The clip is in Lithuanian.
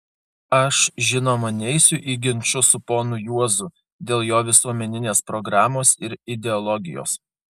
aš žinoma neisiu į ginčus su ponu juozu dėl jo visuomeninės programos ir ideologijos